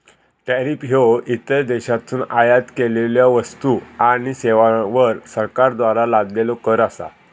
tariff ह्यो इतर देशांतसून आयात केलेल्यो वस्तू आणि सेवांवर सरकारद्वारा लादलेलो कर असा